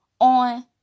on